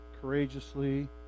courageously